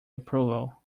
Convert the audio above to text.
approval